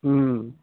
ఆ